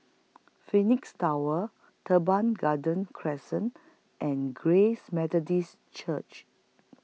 Phoenix Tower Teban Garden Crescent and Grace Methodist Church